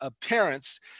parents